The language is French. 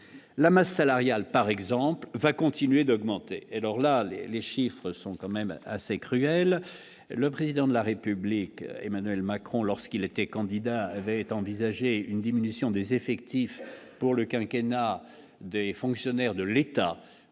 la masse salariale par exemple va continuer d'augmenter, alors là, les chiffres sont quand même assez cruel, le président de la République, Emmanuel Macron, lorsqu'il était candidat, avait envisagé une diminution des effectifs pour le quinquennat des fonctionnaires de l'État